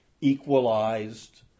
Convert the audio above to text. equalized